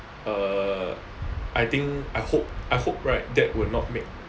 err I think I hope I hope right that would not make